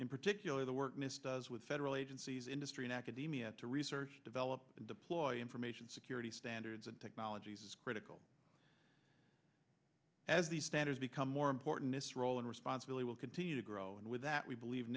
in particular the work miss does with federal agencies industry and academia to research develop and deploy information security standards and technologies is critical as these standards become more important this role and responsibility will continue to grow and with that we believe